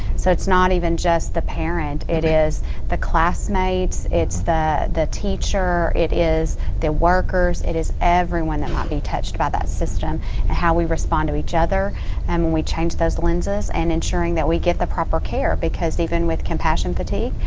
so, it's not even just the parent. it is the classmates. it's the the teacher. it is the workers. it is everyone that might be touched by that system and how we respond to each other and when we change those lenses and ensuring we get the proper care because with compassion fatigue,